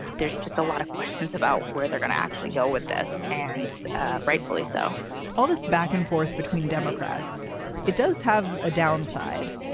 there's just a lot of questions about where they're going to actually go with this and rightfully so all this back and forth between democrats it does have a downside.